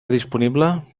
disponible